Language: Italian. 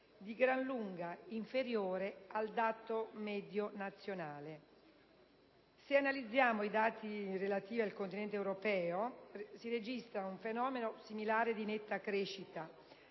di gran lunga inferiori al dato medio nazionale. Analizzando i dati relativi al Continente europeo si registra un fenomeno similare di forte crescita,